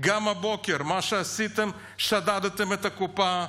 גם הבוקר, מה שעשיתם, שדדתם את הקופה.